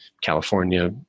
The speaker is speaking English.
California